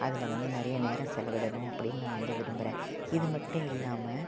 அதில் வந்து நிறைய நேரம் செலவிடணும் அப்படின்னு நான் வந்து விரும்பறேன் இது மட்டும் இல்லாமல்